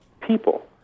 people